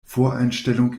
voreinstellung